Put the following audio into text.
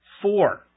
Four